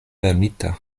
fermita